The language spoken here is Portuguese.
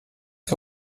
que